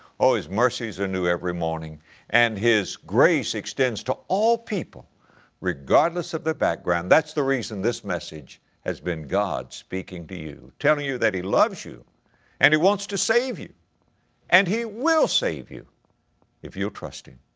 oh, his mercies are new every morning and his grace extends to all people regardless of their background. that's the reason this message has been god speaking to you, telling you that he loves you and he wants to save you and he will save you if you'll trust him.